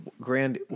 Grand